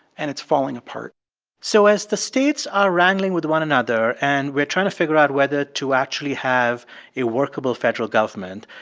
and it's falling apart so as the states are wrangling with one another and we're trying to figure out whether to actually have a workable federal government,